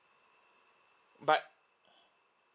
but